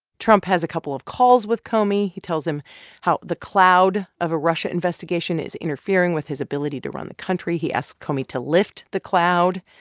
trump has a couple of calls with comey. he tells him how the cloud of a russia investigation is interfering with his ability to run the country. he asked comey to lift the cloud,